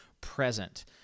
present